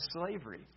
slavery